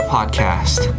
Podcast